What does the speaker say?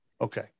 okay